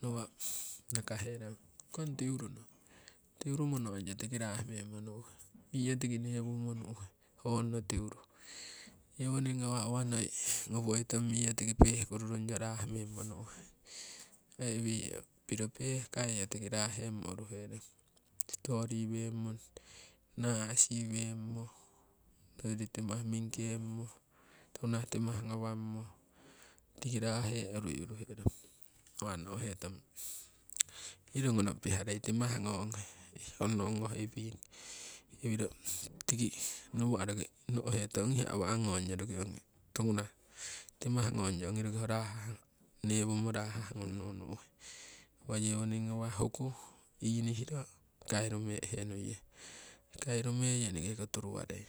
Nawa' nakahe rong kong tuiruno tuiru mononyo tiki rahmemmo nu'hee miyo tiki newummo nu'he hoono tuiru, yewoning ngawah uwa noi ngowoi tong miyo tiki pehkuru runnyo rahmemo nu'he, impa iwiro pehkaiyo tiki rah hemmo uruherong nasiweemo, hoiyori timah mingkemo toku nah timah ngawamo, tiki rahee urui uruherong. nawa' no'hetong iro ngono piharei timah ngonghee, ehkonno ongoh iwing iwiro tiki nawa' roki no'he tong ong hiya awa'a ngonyo ogi toku nah timah ngon yo newummo roki ho rahah ngung newummo nu'nuhe uwa yewoning ngawah huku inihiro kairumeehe nuiye kairu meiyo eneke ko turu warei.